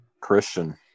Christian